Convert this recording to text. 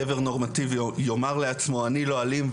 גבר נורמטיבי יאמר לעצמו אני לא אלים,